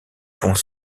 vont